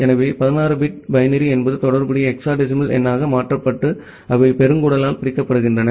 எனவே 16 bit binary என்பது தொடர்புடைய ஹெக்ஸாடெசிமல் எண்ணாக மாற்றப்பட்டு அவை பெருங்குடலால் பிரிக்கப்படுகின்றன